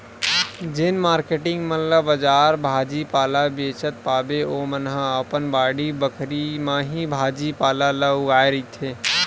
जेन मारकेटिंग मन ला बजार भाजी पाला बेंचत पाबे ओमन ह अपन बाड़ी बखरी म ही भाजी पाला ल उगाए रहिथे